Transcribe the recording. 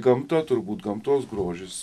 gamta turbūt gamtos grožis